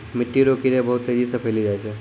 मिट्टी रो कीड़े बहुत तेजी से फैली जाय छै